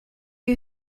you